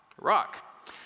rock